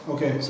Okay